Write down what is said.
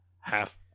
half